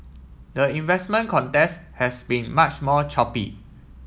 the investment contest has been much more choppy